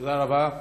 תודה רבה.